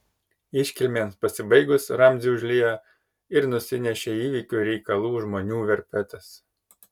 iškilmėms pasibaigus ramzį užliejo ir nusinešė įvykių reikalų žmonių verpetas